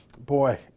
Boy